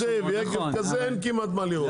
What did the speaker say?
יקב כזה ויקב כזה, אין כמעט מה לראות.